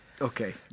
Okay